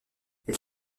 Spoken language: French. elle